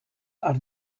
are